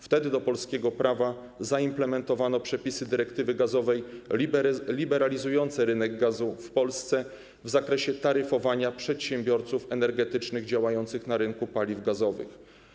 Wtedy do polskiego prawa zaimplementowano przepisy dyrektywy gazowej liberalizujące rynek gazu w Polsce w zakresie taryfowania przedsiębiorców energetycznych działających na rynku paliw gazowych.